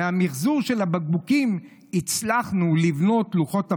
מהמחזור של הבקבוקים הצלחנו לבנות לוחות אבנים,